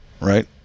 right